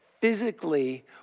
physically